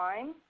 time